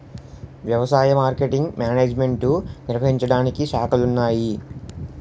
వ్యవసాయ marketing management నిర్వహించడానికి శాఖలున్నాయి